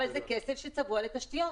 אבל זה כסף שצבוע לתשתיות.